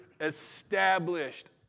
established